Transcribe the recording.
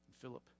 Philip